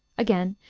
again,